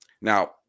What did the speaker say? Now